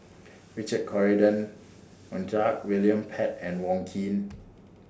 Richard Corridon Montague William Pett and Wong Keen